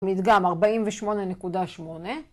מדגם: 48.8...